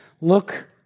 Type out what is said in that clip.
Look